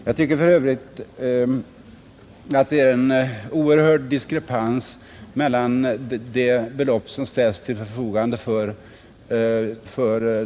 Jag tycker för övrigt att det är en oerhörd diskrepans mellan de belopp som ställs till förfogande.